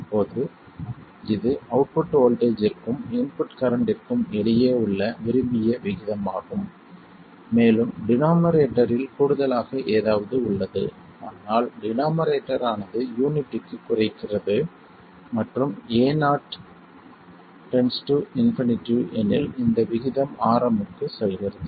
இப்போது இது அவுட்புட் வோல்ட்டேஜ்ற்கும் இன்புட் கரண்ட்டிற்கும் இடையே உள்ள விரும்பிய விகிதமாகும் மேலும் டினோமரேட்டரில் கூடுதலாக ஏதாவது உள்ளது ஆனால் டினோமரேட்டர் ஆனது யூனிட்டிக்கு குறைக்கிறது மற்றும் Ao ∞ எனில் இந்த விகிதம் Rm க்கு செல்கிறது